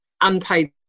unpaid